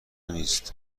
نیست